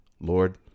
Lord